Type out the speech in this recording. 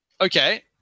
Okay